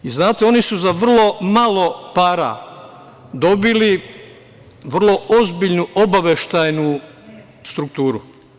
Znate, oni su za vrlo malo para dobili vrlo ozbiljnu obaveštajnu strukturu.